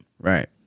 Right